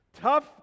tough